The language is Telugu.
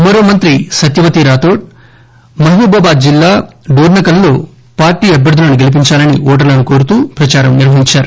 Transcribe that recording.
మరో మంత్రి సత్యవతీ రాథోడ్ మహబూబాబాద్ జిల్లా డోర్స కల్ లో పార్టీ అభ్యర్థులను గెలిపించాలని ఓటర్లను కోరుతూ ప్రదారం నిర్వహించారు